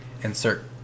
Insert